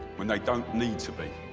when they don't need to be.